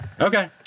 Okay